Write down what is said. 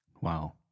Wow